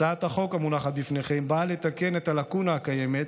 הצעת החוק המונחת בפניכם באה לתקן את הלקונה הקיימת,